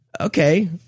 okay